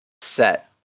set